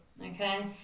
Okay